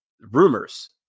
rumors